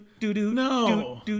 No